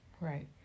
right